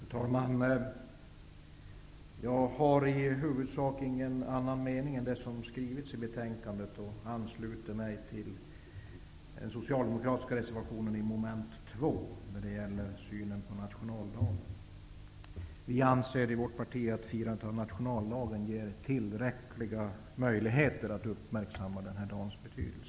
Fru talman! Jag har i huvudsak ingen annan mening än den som utskottet ger uttryck för i betänkandet. Jag ansluter mig till den socialdemokratiska reservationen under mom. 1, som gäller synen på nationaldagen. Vi i vårt parti anser att firandet av nationaldagen ger tillräckliga möjligheter för att uppmärksamma den dagens betydelse.